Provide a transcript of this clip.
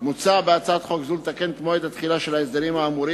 מוצע בהצעת חוק זו לתקן את מועד התחילה של ההסדרים האמורים